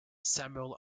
samuel